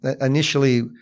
Initially